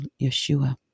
Yeshua